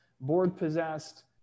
board-possessed